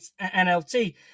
NLT